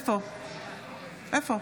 בעד יוראי להב הרצנו,